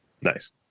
Nice